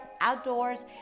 outdoors